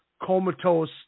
comatose